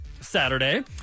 Saturday